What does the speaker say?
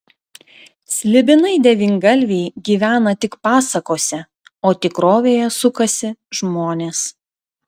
slibinai devyngalviai gyvena tik pasakose o tikrovėje sukasi žmonės